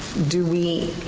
do we.